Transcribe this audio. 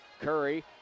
Curry